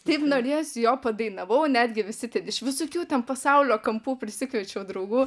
taip norėjosi jo padainavau netgi visi iš visokių ten pasaulio kampų prisikviečiau draugų